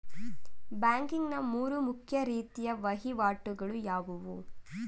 Banking ನ ಮೂರು ಮುಖ್ಯ ರೀತಿಯ ವಹಿವಾಟುಗಳು ಯಾವುವು?